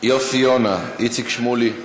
יוסי יונה, איציק שמולי,